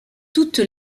toute